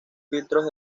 filtros